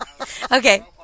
Okay